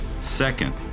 Second